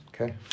okay